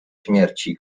śmierci